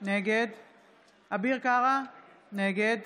נגד אביר קארה, נגד